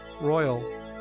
Royal